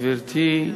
גברתי,